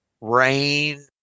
rain